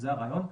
זה הרעיון.